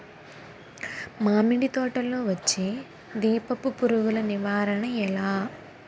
మామిడి తోటలో వచ్చే దీపపు పురుగుల నివారణ ఎలా?